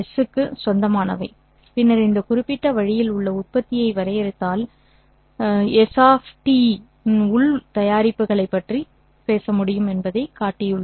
க்கு சொந்தமானவை பின்னர் இந்த குறிப்பிட்ட வழியில் உள் உற்பத்தியை வரையறுத்தால் சரி கள் டி இன் உள் தயாரிப்புகளைப் பற்றி பேச முடியும் என்பதைக் காட்டியுள்ளோம்